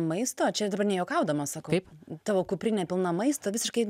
maisto čia dabar nejuokaudama sakau tavo kuprinė pilna maisto visiškai